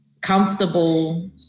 comfortable